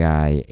Guy